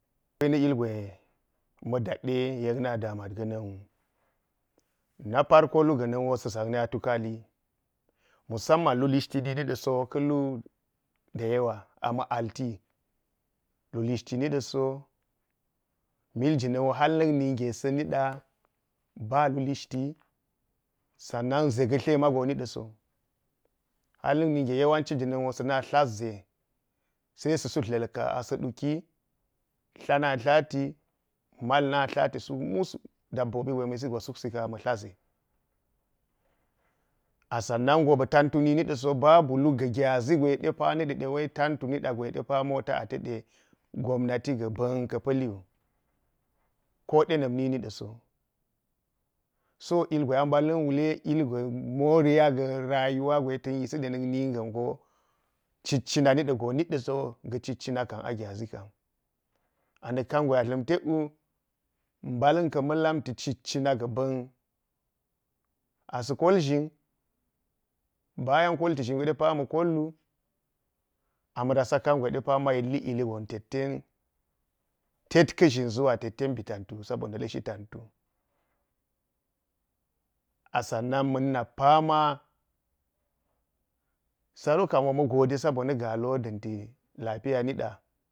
ilgwe nona̱ dade yek na damat ga̱na̱n wu. na farko luu ga̱na̱n wo sa ʒakni a tukabi musamman lu lishti de a ka sowu ka̱lu da yawa, a ma – alti – lu lishti niɗa̱so mil jimin wo hal na̱k ninge sa̱ nida babu lishti sannan ze ga̱ tle mago niɗa̱ so. Hal. Nik minge yawanci ga̱na̱n so sa̱ na dlat ze – sai sa̱ suu dlalka a sa̱ ɗuki, dla na tlati – mal na tlati – suk mus dabbobi gwe ma̱ yisi go suksi ka̱n a ma̱ tla ʒe. a. Sannan go ba̱ tantu nini da so babu luu ga̱ gyaʒi gwe de po na̱ ɗade-ɗe pawe tantu niɗa gwe ɗe pa we mota ate de, gobnati gaba̱n ka pa̱l, wu ko ɗena̱m niɗa̱-so. So ilgwe ɗe mbala̱n wule ilga̱ moniya ga̱ rayuwa gwe ta̱n yisi ɗe nak na̱n ga̱n go cit-cina niɗa so – ga̱ cit – cina a gyaʒi kam. Anak kangwe a dla̱m tek – wu mbala̱n ka̱n ma̱n lamti cit-cina ga̱ ba̱n, asa kol ʒhini, bayan kolti ʒhin bayan kolti ʒhin de pa ama̱ kollu ama̱ rasa kangwe de pa ma yilli illi tet ten – tet ka̱ʒhin zuwa – tet – ten mbi tantu sa bonna lishi tantu. A sannan ma̱na pama- sano kam wo mu goɗe sabonna̱ galu wo da̱nti lafiya ni ɗa.